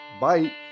Bye